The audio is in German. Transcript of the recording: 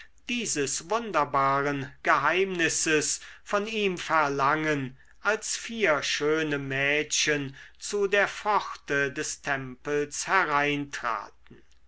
dieses wunderbaren geheimnisses von ihm verlangen als vier schöne mädchen zu der pforte des tempels hereintraten